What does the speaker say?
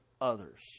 others